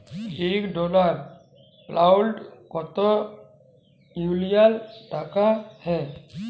ইক dollar, pound কত ইলডিয়াল টাকা হ্যয়